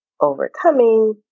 overcoming